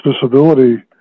disability